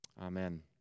Amen